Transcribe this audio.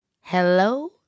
hello